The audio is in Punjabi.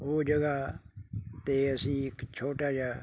ਉਹ ਜਗ੍ਹਾ 'ਤੇ ਅਸੀਂ ਇੱਕ ਛੋਟਾ ਜਿਹਾ